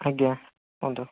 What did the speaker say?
ଆଜ୍ଞା କୁହନ୍ତୁ